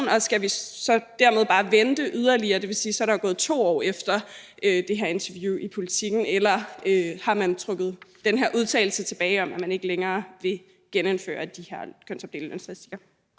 og skal vi så dermed bare vente yderligere, for så vil det sige, at der så er gået 2 år siden det her interview i Politiken, eller har man trukket den her udtalelse om, at man ikke længere vil genindføre de her kønsopdelte lønstatistikker,